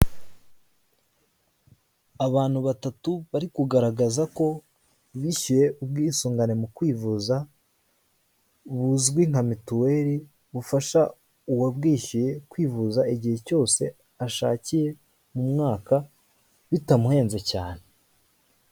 Abantu batatu bari kugaragaza ko bishyuye ubwisungane mu kwivuza buzwi nka mituweli bufasha uwabwishyuye kwivuza igihe cyose ashakiye mu mwaka bitamuhenze cyane.